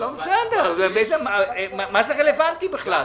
מה זה רלוונטי בכלל?